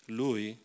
lui